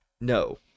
no